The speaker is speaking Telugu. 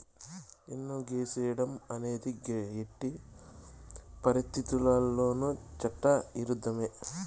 పన్ను ఎగేసేడం అనేది ఎట్టి పరిత్తితుల్లోనూ చట్ట ఇరుద్ధమే